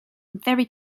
very